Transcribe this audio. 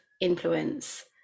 influence